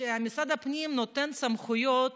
שמשרד הפנים נותן סמכויות